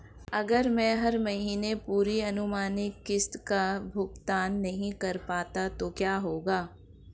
अगर मैं हर महीने पूरी अनुमानित किश्त का भुगतान नहीं कर पाता तो क्या होगा?